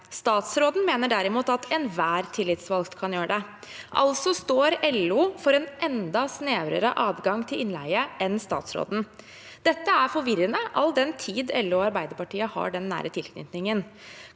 Statsråden mener derimot at enhver tillitsvalgt kan gjøre det. Altså står LO for en enda snevrere adgang til innleie enn statsråden. Dette er forvirrende, all den tid LO og Arbeiderpartiet har en nær tilknytning.